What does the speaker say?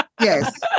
Yes